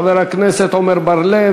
חבר הכנסת עמר בר-לב,